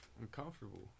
Uncomfortable